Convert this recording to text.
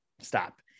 stop